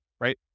right